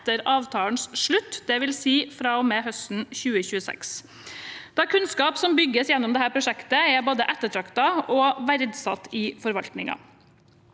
etter avtalens slutt, dvs. fra og med høsten 2026. Kunnskapen som bygges gjennom dette prosjektet, er både ettertraktet og verdsatt i forvaltningen.